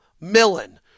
Millen